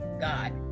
God